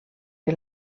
que